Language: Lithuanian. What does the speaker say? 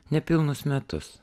nepilnus metus